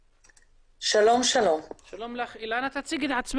שלום, אני פרקליטת מחוז